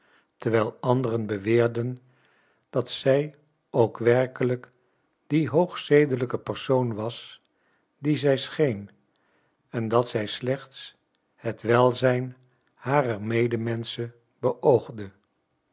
terwijl anderen beweerden dat zij ook werkelijk die hoogzedelijke persoon was die zij scheen en dat zij slechts het welzijn harer medemenschen beoogde